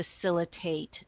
facilitate